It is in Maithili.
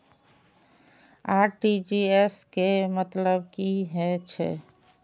सर आर.टी.जी.एस के मतलब की हे छे?